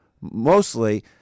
mostly –